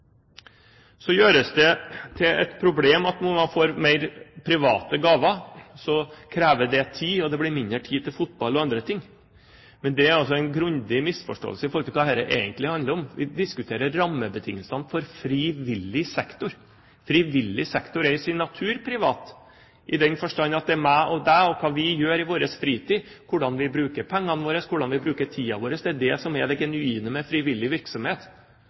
Så gjøres det til et problem at når man får mer av private gaver, krever det tid, og det blir mindre tid til fotball og andre ting. Det er en grundig misforståelse i forhold til hva dette egentlig handler om. Vi diskuterer rammebetingelsene for frivillig sektor. Frivillig sektor er i sin natur privat, i den forstand at det er meg og deg og hva vi gjør i vår fritid, hvordan vi bruker pengene våre, hvordan vi bruker tiden vår – det er det som er det genuine med frivillig virksomhet.